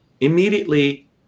Immediately